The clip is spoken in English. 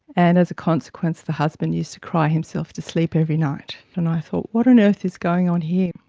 and as a consequence the husband used to cry himself to sleep every night. and i thought what on earth is going on here.